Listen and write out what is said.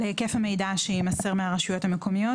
להיקף המידע שיימסר מהרשויות המקומיות.